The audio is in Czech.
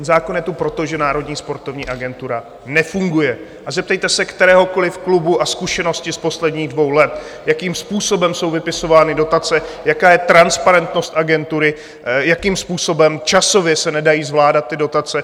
Ten zákon je tu proto, že Národní sportovní agentura nefunguje, a zeptejte se kteréhokoliv klubu na zkušenosti z posledních dvou let, jakým způsobem jsou vypisovány dotace, jaká je transparentnost agentury, jakým způsobem časově se nedají zvládat ty dotace.